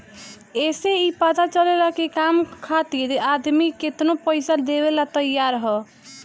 ए से ई पता चलेला की काम खातिर आदमी केतनो पइसा देवेला तइयार हअ